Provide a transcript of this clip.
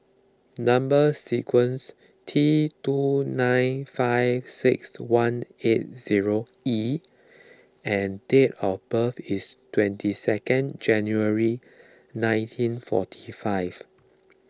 Number Sequence T two nine five six one eight zero E and date of birth is twenty second January nineteen forty five